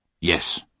Yes